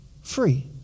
free